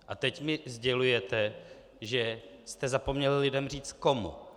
A teď mi sdělujete, že jste zapomněli lidem říct komu.